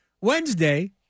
Wednesday